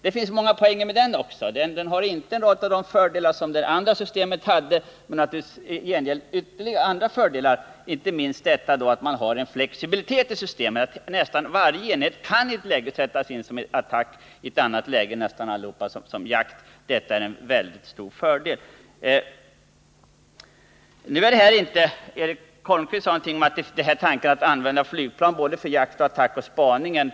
Det finns många poänger med det systemet också, inte minst detta att systemet ger flexibilitet. Nästan varje enhet kan i ett läge sättas in antingen som attackflyg eller som jaktflyg. Detta innebär en mycket stor fördel. Eric Holmqvist sade att ingen har lyckats med att använda ett flygplan för såväl jakt som attack och spaning.